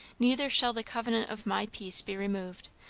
neither shall the covenant of my peace be removed,